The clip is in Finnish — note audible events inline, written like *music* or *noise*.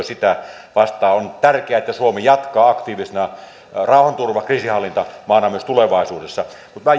*unintelligible* sitä vastaan on tärkeää että suomi jatkaa aktiivisena kriisinhallintamaana myös tulevaisuudessa mutta *unintelligible*